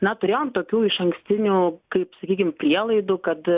na turėjom tokių išankstinių kaip sakykim prielaidų kad